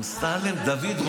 אמסלם דוד,